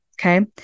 Okay